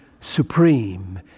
supreme